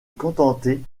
contenter